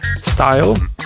style